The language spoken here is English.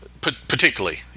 particularly